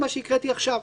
מה שהקראתי עכשיו,